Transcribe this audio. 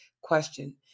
question